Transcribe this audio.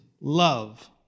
love